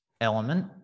element